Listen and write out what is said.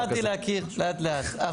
דווקא למדתי להכיר לאט לאט.